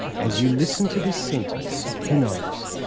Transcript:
as you listen to this sentence, who knows,